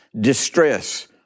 distress